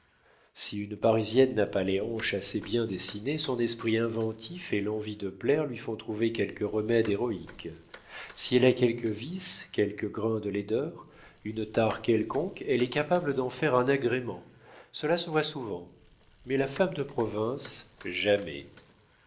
si une parisienne n'a pas les hanches assez bien dessinées son esprit inventif et l'envie de plaire lui font trouver quelque remède héroïque si elle a quelque vice quelque grain de laideur une tare quelconque elle est capable d'en faire un agrément cela se voit souvent mais la femme de province jamais